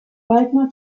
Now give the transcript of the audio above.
waldner